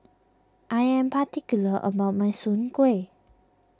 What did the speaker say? I am particular about my Soon Kway